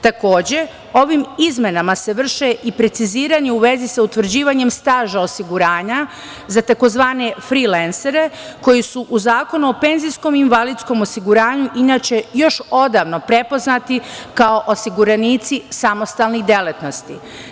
Takođe, ovim izmenama se vrše i preciziranja u vezi sa utvrđivanjem staža osiguranja za tzv. frilensere, koji su u Zakonu o PIO, inače još odavno, prepoznati kao osiguranici samostalnih delatnosti.